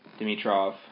Dimitrov